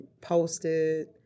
posted